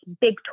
big